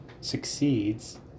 succeeds